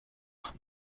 faire